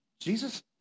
Jesus